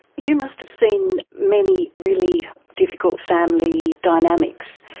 you must have seen many really difficult family dynamics.